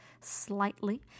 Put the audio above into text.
slightly